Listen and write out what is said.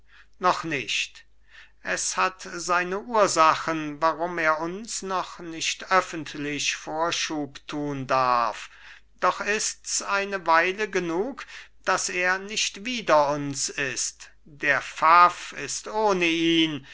noch nicht es hat seine ursachen warum er uns noch nicht öffentlich vorschub tun darf doch ist's eine weile genug daß er nicht wider uns ist der pfaff ist ohne ihn